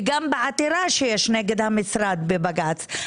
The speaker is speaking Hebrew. וגם בעתירה שיש נגד המשרד בבג"ץ,